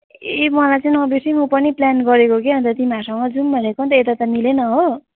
ए मलाई चाहिँ नबिर्सि म पनि प्लान गरेको कि अन्त तिमीहरूसँग जाउँ भनेको नि त यता त मिलेन हो